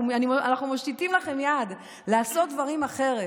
אנחנו מושיטים לכם יד לעשות דברים אחרת.